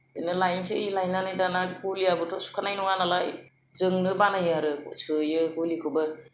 बिदिनो लायनोसै लायनानै दाना गलियाबोथ' सुखानाय नङा नालाय जोंनो बानायो आरो सोयो गलिखौबो